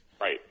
Right